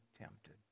tempted